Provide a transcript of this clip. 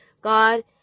God